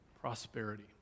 prosperity